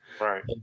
Right